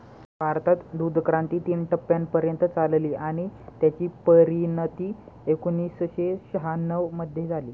भारतात दूधक्रांती तीन टप्प्यांपर्यंत चालली आणि त्याची परिणती एकोणीसशे शहाण्णव मध्ये झाली